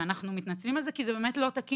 אנחנו מתנצלים על זה כי זה באמת לא תקין.